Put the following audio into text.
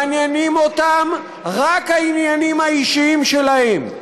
מעניינים אותם רק העניינים האישיים שלהם.